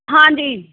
ਹਾਂਜੀ